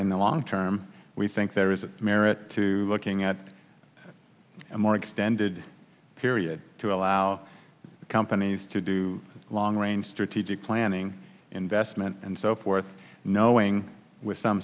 in the long term we think there is merit to looking at a more extended period to allow companies to do long range strategic planning investment and so forth knowing with some